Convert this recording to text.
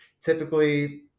typically